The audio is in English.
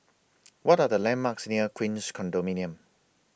What Are The landmarks near Queens Condominium